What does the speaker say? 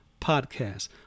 podcast